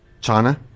China